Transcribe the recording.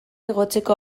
igotzeko